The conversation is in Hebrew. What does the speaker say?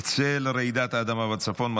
בצל רעידת האדמה בצפון,